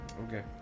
Okay